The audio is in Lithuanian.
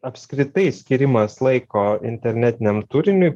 apskritai skyrimas laiko internetiniam turiniui